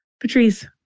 Patrice